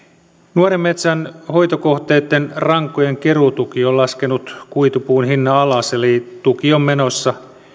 nuoren metsän hoitokohteitten rankojen keruutuki on laskenut kuitupuun hinnan alas eli tuki on menossa